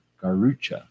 Garucha